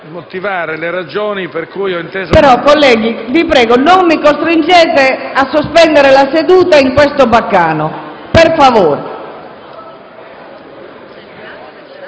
colleghi, vi prego, non mi costringete a sospendere la seduta per questo baccano. Chi deve